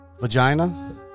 vagina